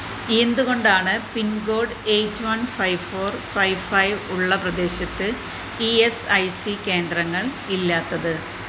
എന്തുകൊണ്ടാണ് PIN code eight one five four five five ഉള്ള പ്രദേശത്ത് ഇ എസ് ഐ സി കേന്ദ്രങ്ങൾ ഇല്ലാത്തത്